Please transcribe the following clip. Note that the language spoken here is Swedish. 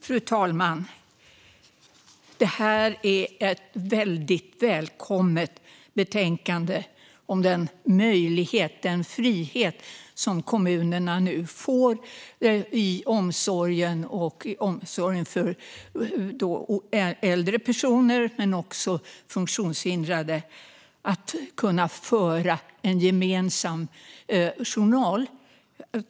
Fru talman! Det här är ett väldigt välkommet betänkande om den möjlighet, den frihet, som kommunerna nu får i omsorgen om äldre personer och funktionshindrade att kunna föra en gemensam journal.